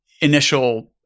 initial